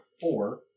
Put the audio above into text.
four